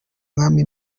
mwami